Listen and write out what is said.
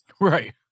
Right